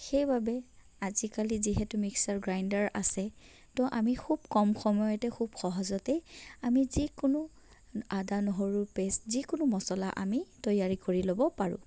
সেইবাবে আজিকালি যিহেতু মিক্সাৰ গ্ৰাইণ্ডাৰ আছে ত' আমি খুব কম সময়তেই খুব সহজতেই আমি যিকোনো আদা নহৰুৰ পেষ্ট যিকোনো মছলা আমি তৈয়াৰী কৰি ল'ব পাৰোঁ